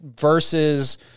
versus